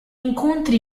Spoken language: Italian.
incontri